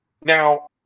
now